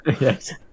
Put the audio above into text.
Yes